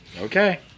Okay